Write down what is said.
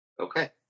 Okay